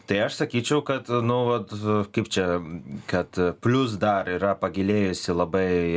tai aš sakyčiau kad nu vat kaip čia kad plius dar yra pagilėjusi labai